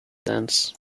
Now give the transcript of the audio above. dance